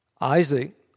Isaac